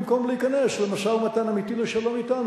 במקום להיכנס למשא-ומתן אמיתי לשלום אתנו,